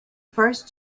first